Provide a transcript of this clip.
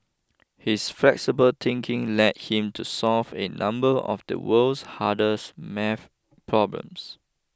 his flexible thinking led him to solve a number of the world's hardest maths problems